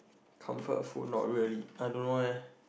comfort food not really I don't know eh